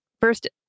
first